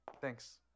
Thanks